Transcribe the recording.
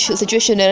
situation